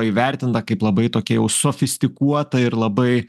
įvertinta kaip labai tokia jau sofistikuota ir labai